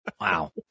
wow